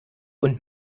und